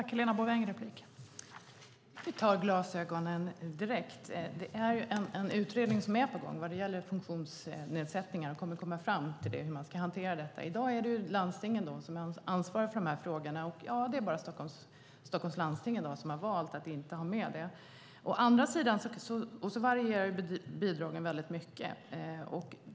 Fru talman! Jag ska börja med att ta upp detta med glasögon. En utredning om funktionsnedsättningar är på gång, och den kommer att föreslå hur man ska hantera detta. I dag är det landstingen som är ansvariga för dessa frågor, och det stämmer att det är bara Stockholms läns landsting som har valt att inte ge något bidrag. Bidragen varierar också mycket mellan de olika landstingen.